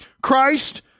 Christ